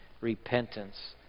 repentance